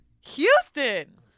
Houston